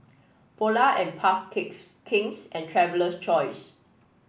Polar and Puff Cakes King's and Traveler's Choice